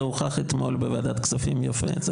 זה הוכח אתמול יפה בוועדת הכספים יפה.